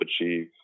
achieve